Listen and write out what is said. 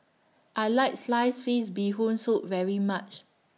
I like Sliced Fish Bee Hoon Soup very much